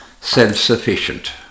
self-sufficient